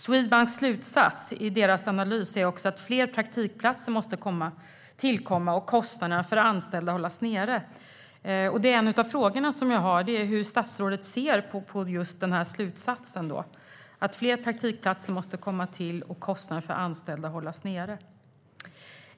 Swedbanks slutsats i analysen är att fler praktikplatser måste tillkomma och kostnaderna för anställda hållas nere. En av de frågor jag har är hur statsrådet ser på just denna slutsats: att fler praktikplatser måste komma till och att kostnaderna för anställda hållas nere.